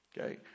Okay